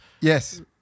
Yes